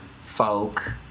folk